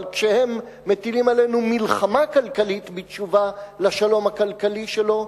אבל כשהם מטילים עלינו מלחמה כלכלית בתשובה לשלום הכלכלי שלו,